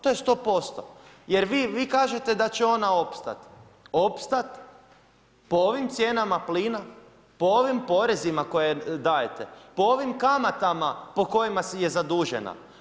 To je sto posto, jer vi kažete da će ona opstati, opstati po ovim cijenama plina, po ovim porezima koje dajete, po ovim kamata po kojima je zadužena.